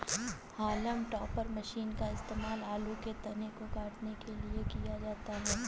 haulm topper machine का इस्तेमाल आलू के तने को काटने के लिए किया जाता है